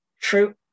True